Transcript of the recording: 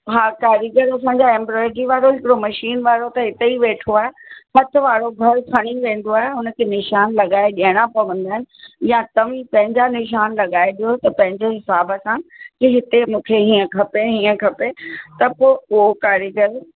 हा कारीगर असांजा एम्ब्रॉइडरी वारो हिकिड़ो मशीन वारो त हिते ई वेठो आहे हथ वारो घर खणी वेंदो आहे हुन खे निशान लॻाए ॾियणा पवंदा आहिनि या तव्हां पंहिंजा निशान लॻाए ॾियो त पंहिंजो हिसाब सां की हिते मूंखे हीअं खपे हीअं खपे त पो उहो कारीगरु